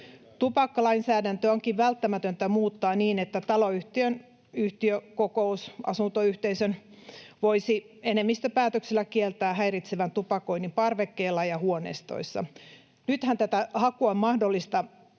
Tupakkalainsäädäntöä onkin välttämätöntä muuttaa niin, että taloyhtiön yhtiökokous, asuntoyhteisö voisi enemmistöpäätöksellä kieltää häiritsevän tupakoinnin parvekkeella ja huoneistoissa. Nythän tätä kieltoa on mahdollista